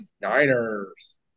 Niners